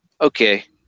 okay